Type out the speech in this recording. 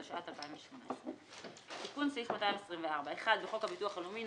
התשע"ט 2018. תיקון סעיף 224 1. בחוק הביטוח הלאומי ,